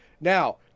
Now